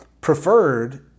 preferred